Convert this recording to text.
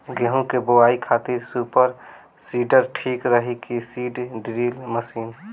गेहूँ की बोआई खातिर सुपर सीडर ठीक रही की सीड ड्रिल मशीन?